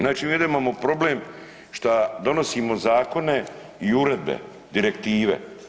Znači ne da imamo problem što donosimo zakone i uredbe, direktive.